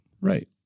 Right